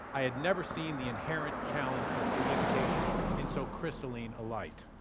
i had never seen the inherent challenge of communication in so crystalline a light.